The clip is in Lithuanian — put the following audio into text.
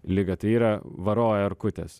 ligą tai yra varo erkutės